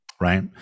Right